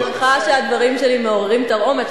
אני שמחה שהדברים שלי מעוררים תרעומת,